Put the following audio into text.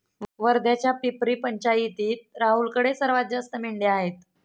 वर्ध्याच्या पिपरी पंचायतीत राहुलकडे सर्वात जास्त मेंढ्या आहेत